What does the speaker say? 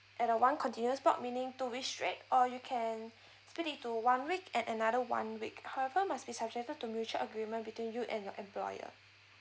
at a one continuous block meaning two week straight or you can split into one week and another one week however must be subjected to mutual agreement between you and your employer